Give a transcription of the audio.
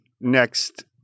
next